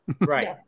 Right